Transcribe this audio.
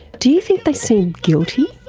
do you think they seem guilty?